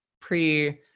pre